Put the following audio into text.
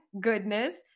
goodness